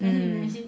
mm